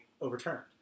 overturned